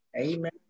Amen